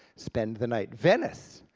spend the night. venice.